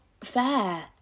fair